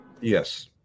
Yes